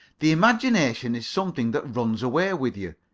the imagination is something that runs away with you.